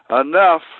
enough